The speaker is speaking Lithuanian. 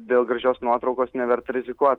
dėl gražios nuotraukos neverta rizikuot